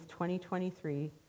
2023